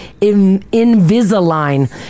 Invisalign